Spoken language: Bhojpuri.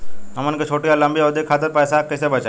हमन के छोटी या लंबी अवधि के खातिर पैसा कैसे बचाइब?